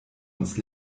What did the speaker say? uns